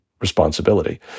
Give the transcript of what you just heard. responsibility